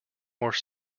more